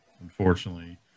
unfortunately